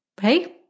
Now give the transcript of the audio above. hey